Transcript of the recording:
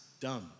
dumb